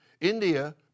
India